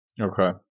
Okay